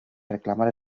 reclamar